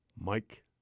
Mike